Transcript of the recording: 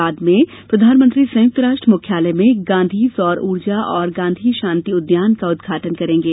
बाद में प्रधानमंत्री संयुक्त राष्ट्र मुख्यालय में गांधी सौर ऊर्जा और गांधी शांति उद्यान का उद्घाटन करेंगे